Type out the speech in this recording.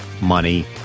money